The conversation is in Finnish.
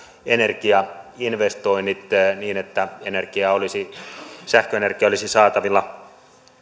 energiainvestoinnit niin että sähköenergiaa olisi saatavilla